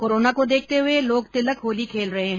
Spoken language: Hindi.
कोरोना को देखते हुए लोग तिलक होली खेल रहे हैं